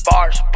Bars